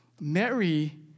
Mary